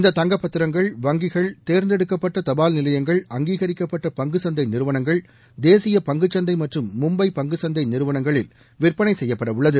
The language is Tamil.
இந்த தங்கப்பத்திரங்கள் வங்கிகள் தேர்ந்தெடுக்கப்பட்ட தபால் நிலையங்கள் அங்கீகரிக்கப்பட்ட பங்குச் சந்தை நிறுவனங்கள் தேசிய பங்குச் சந்தை ம்றறும் மும்பை பங்குச் சந்தை நிறுவனங்களில் விற்பனை செய்யப்படவுள்ளது